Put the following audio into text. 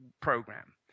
program